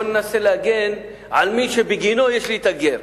בוא ננסה להגן על מי שבגינו יש לי גר.